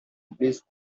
discs